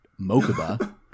Mokuba